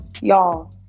y'all